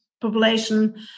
population